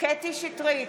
קטי קטרין שטרית,